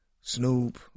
Snoop